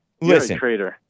listen